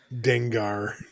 Dengar